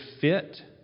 fit